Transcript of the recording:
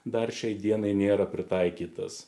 dar šiai dienai nėra pritaikytas